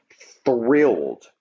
thrilled